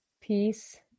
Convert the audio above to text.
Peace